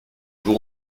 vous